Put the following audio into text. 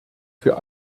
für